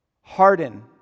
Harden